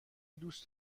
دوست